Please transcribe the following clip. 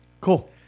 Cool